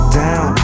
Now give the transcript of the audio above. down